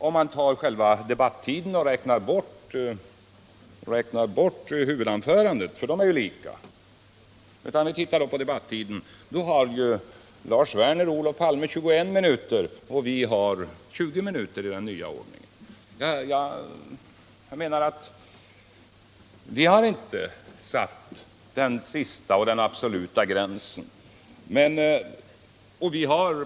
Om vi ser på själva debattiden och räknar bort huvudanförandena — de är ju lika långa — finner vi att Lars Werner och Olof Palme har 21 minuter och vi andra har 20 minuter enligt den nya ordningen. Vi har inte satt den sista och den absoluta gränsen.